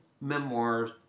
memoirs